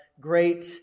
great